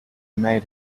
made